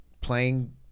playing